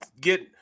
get